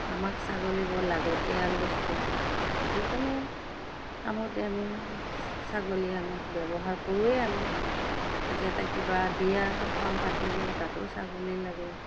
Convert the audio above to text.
আমাক ছাগলী বৰ লাগতিয়াল বস্তু যিকোনো কামতে আমি ছাগলীয়ে আমাক ব্যৱহাৰ কৰোঁৱেই আমি আজি এটা কিবা বিয়া সকাম পাতিলেও তাতো ছাগলী লাগে